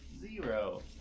zero